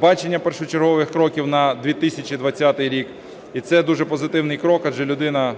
бачення першочергових кроків на 2020 рік. І це дуже позитивний крок, адже людина